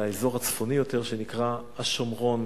ואת האזור הצפוני יותר, שנקרא השומרון.